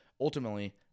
ultimately